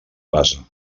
passa